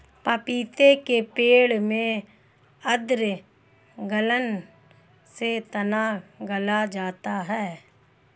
पपीते के पेड़ में आद्र गलन से तना गल जाता है